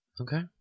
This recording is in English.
okay